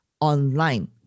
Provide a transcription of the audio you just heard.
online